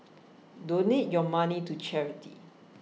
donate your money to charity